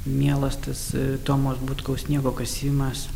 mielas tas tomos butkaus sniego kasimas